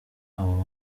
abo